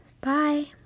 Bye